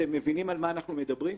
אתם מבינים על מה אנחנו מדברים?